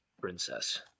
Princess